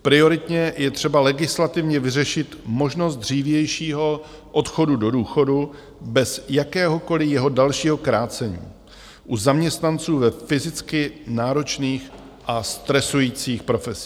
Prioritně je třeba legislativně vyřešit možnost dřívějšího odchodu do důchodu bez jakéhokoliv jeho dalšího krácení u zaměstnanců ve fyzicky náročných a stresujících profesích.